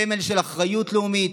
סמל של אחריות לאומית,